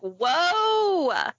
whoa